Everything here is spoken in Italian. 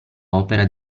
opera